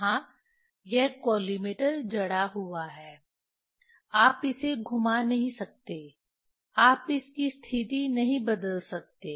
यहाँ यह कॉलिमेटर जड़ा हुआ है आप इसे घुमा नहीं सकते आप इसकी स्थिति नहीं बदल सकते